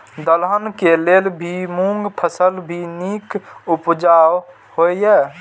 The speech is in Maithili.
दलहन के लेल भी मूँग फसल भी नीक उपजाऊ होय ईय?